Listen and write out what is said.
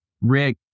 Rick